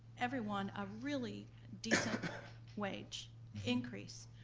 everyone a really decent wage increase.